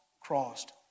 crossed